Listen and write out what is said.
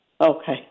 Okay